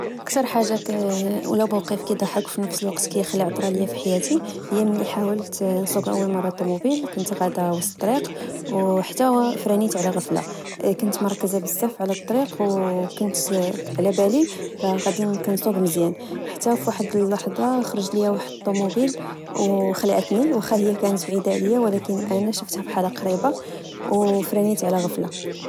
: أكتر حاجة ولا موقف كضحك وفنفس الوقت كخلع طرا ليا فحياتي هي ملي حاولت نسوق أمل مرة طموبيل. كنت غادة في وسط الطريق، محا فرانيت على غفلة. كنت مركزة بزاف على الطريق وكنت على بالي كنصوچ مزيان، حتى في واحد اللحظة خرج ليا واحد الوموبيل أو خلعتني وخا هي كانت بعيدة عليا، ولكين أنا شفتها فحالا قريبة، وفرانيت على غفلة